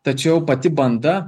tačiau pati banda